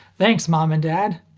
thanks mom and dad!